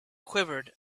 quivered